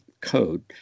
code